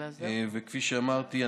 כפי שאמרתי,